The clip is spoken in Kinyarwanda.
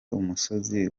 umusozi